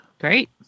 Great